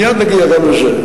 מייד נגיע גם לזה.